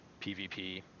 pvp